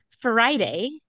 Friday